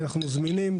זמינים.